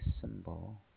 symbol